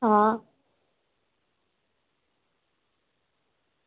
आं